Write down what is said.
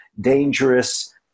dangerous